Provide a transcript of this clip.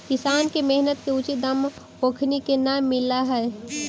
किसान के मेहनत के उचित दाम ओखनी के न मिलऽ हइ